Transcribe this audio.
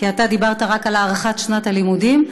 אתה דיברת רק על הארכת שנת הלימודים.